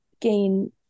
gain